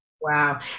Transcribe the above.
Wow